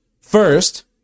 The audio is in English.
First